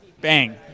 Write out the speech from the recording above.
Bang